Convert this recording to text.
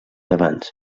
abans